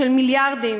של מיליארדים.